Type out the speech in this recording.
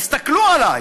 תסתכלו עלי,